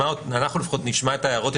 אנחנו לפחות נשמע את ההערות,